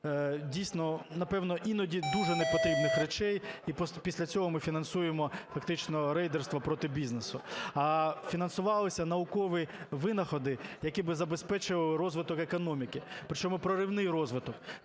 дійсно, напевно іноді дуже непотрібних речей, і після цього ми фінансуємо фактично рейдерство проти бізнесу, а фінансувалися наукові винаходи, які б забезпечували розвиток економіки, при чому проривний розвиток